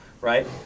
right